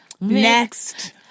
Next